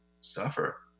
suffer